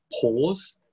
pause